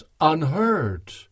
unheard